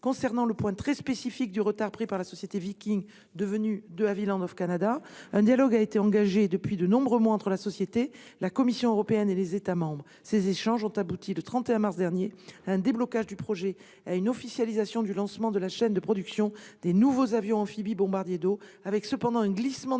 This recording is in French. Concernant le point très spécifique du retard pris par la société Viking Air, devenue De Havilland Canada, un dialogue a été engagé depuis de nombreux mois entre la société, la Commission européenne et les États membres. Ces échanges ont abouti le 31 mars dernier à un déblocage du projet et à une officialisation du lancement de la chaîne de production des nouveaux avions amphibies bombardiers d'eau, avec cependant un glissement du